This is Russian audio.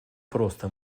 просто